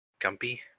Gumpy